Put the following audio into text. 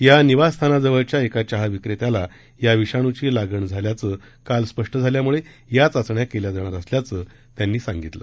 या निवासस्थानानजिकच्या एका चहा विक्रेत्याला या विषाणूची लागण झाल्याचं काल स्पष्ट झाल्याम्ळं या चाचण्या केल्या जाणार असल्याचं त्यांनी सांगितलं